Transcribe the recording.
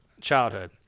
childhood